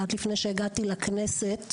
עד לפני שהגעתי לכנסת,